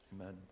Amen